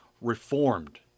Reformed